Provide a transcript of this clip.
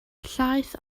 llaeth